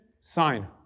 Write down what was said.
sign